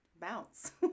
bounce